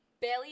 Bailey